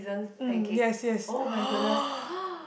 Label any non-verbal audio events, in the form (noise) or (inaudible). um yes yes (noise)